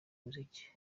muziki